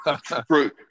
true